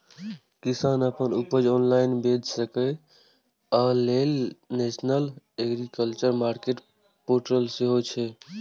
किसान अपन उपज ऑनलाइन बेच सकै, अय लेल नेशनल एग्रीकल्चर मार्केट पोर्टल सेहो छै